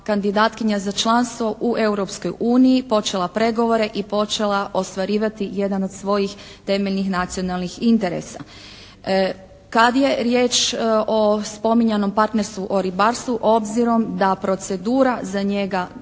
kandidatkinja za članstvo u Europskoj uniji, počela pregovore i počela ostvarivati jedan od svojih temeljnih nacionalnih interesa. Kad je riječ o spominjanom partnerstvu o ribarstvu obzirom da procedura za njegovo